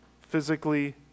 physically